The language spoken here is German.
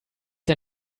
der